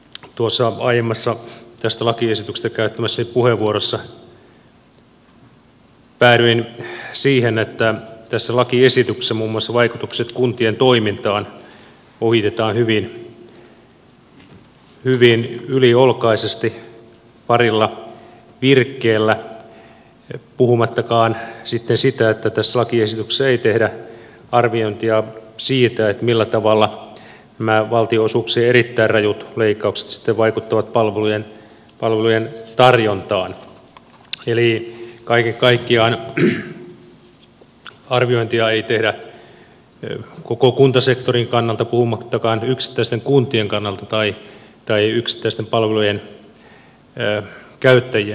tuossa aiemmassa tästä lakiesityksestä käyttämässäni puheenvuorossa päädyin siihen että tässä lakiesityksessä muun muassa vaikutukset kuntien toimintaan ohitetaan hyvin yliolkaisesti parilla virkkeellä puhumattakaan sitten siitä että tässä lakiesityksessä ei tehdä arviointia siitä millä tavalla nämä valtionosuuksien erittäin rajut leikkaukset sitten vaikuttavat palveluiden tarjontaan eli kaiken kaikkiaan arviointia ei tehdä koko kuntasektorin kannalta puhumattakaan yksittäisten kuntien kannalta tai yksittäisten palvelujen käyttäjien kannalta